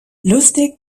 lustig